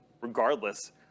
regardless